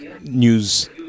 news